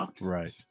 Right